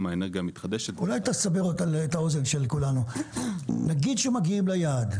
האנרגיה המתחדשת --- אולי תסבר את האוזן של כולנו: נגיד שמגיעים ליעד,